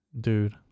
dude